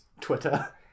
Twitter